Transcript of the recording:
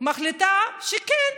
מחליטה שכן,